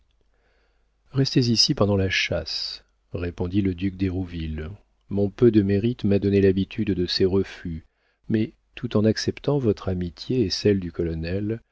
restez ici pendant la chasse répondit le duc d'hérouville mon peu de mérite m'a donné l'habitude de ces refus mais tout en acceptant votre amitié et celle du colonel